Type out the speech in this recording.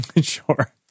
Sure